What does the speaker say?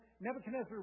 Nebuchadnezzar